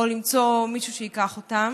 או למצוא מישהו שייקח אותם